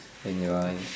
when you are in